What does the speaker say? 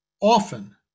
often